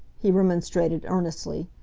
he remonstrated earnestly,